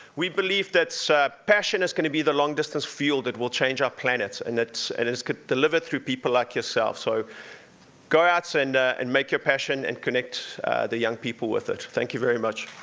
we believe that so passion is gonna be the long-distance fuel that will change our planets, and and is delivered through people like yourself. so go out so and and make your passion, and connect the young people with it. thank you very much.